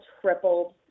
tripled